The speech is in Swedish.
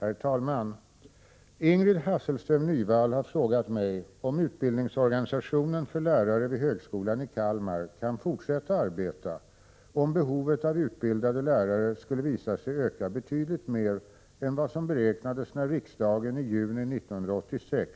3, ER å ö ä ac Om lärarutbildningen Herr talman! Ingrid Hasselström Nyvall har frågat mig om utbildningsor = 7 Kal i Kalmar ganisationen för lärare vid högskolan i Kalmar kan få fortsätta arbeta, om behovet av utbildade lärare skulle visa sig öka betydligt mer än vad som beräknades när riksdagen i juni 1986